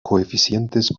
coeficientes